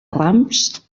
rams